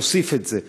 להוסיף את זה.